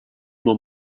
more